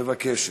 מבקשת.